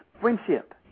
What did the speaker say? friendship